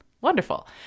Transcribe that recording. wonderful